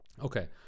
Okay